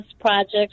projects